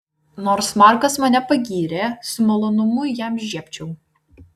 nors markas mane pagyrė su malonumu jam žiebčiau